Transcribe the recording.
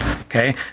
Okay